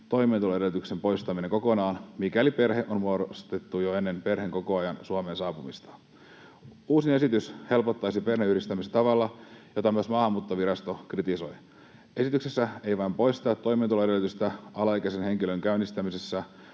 toimeentuloedellytyksen poistaminen kokonaan, mikäli perhe on muodostettu jo ennen perheenkokoajan Suomeen saapumista. Uusin esitys helpottaisi perheenyhdistämistä tavalla, jota myös Maahanmuuttovirasto kritisoi. Esityksessä ei vain poisteta toimeentuloedellytystä alaikäisen henkilön käynnistämässä